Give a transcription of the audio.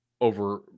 over